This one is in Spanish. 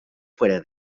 fuera